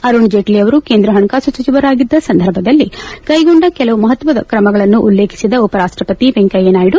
ಅರುಣ್ ಜೇಟ್ಲಿಯವರು ಕೇಂದ್ರ ಹಣಕಾಸು ಸಚಿವರಾಗಿದ್ದ ಸಂದರ್ಭದಲ್ಲಿ ಕೈಗೊಂಡ ಹಲವು ಮಹತ್ವದ ಕ್ರಮಗಳನ್ನು ಉಲ್ಲೇಖಿಸಿದ ಉಪರಾಷ್ಟಪತಿ ವೆಂಕಯ್ಯನಾಯ್ವು